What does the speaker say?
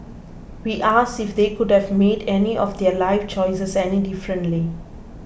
we asked if they would have made any of their life choices any differently